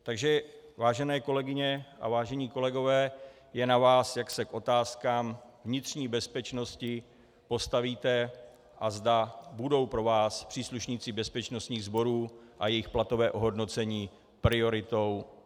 Takže vážené kolegyně a vážení kolegové, je na vás, jak se k otázkám vnitřní bezpečnosti postavíte a zda budou pro vás příslušníci bezpečnostních sborů a jejich platové ohodnocení prioritou...